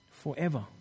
forever